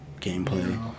gameplay